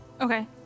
Okay